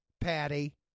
Patty